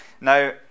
Now